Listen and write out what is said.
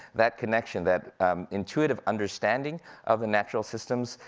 that connection, that intuitive understanding of the natural systems,